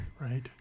Right